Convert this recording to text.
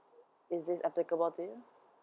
is this applicable to you